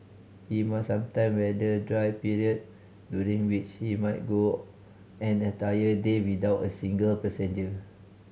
he must sometime weather dry period during which he might go an entire day without a single passenger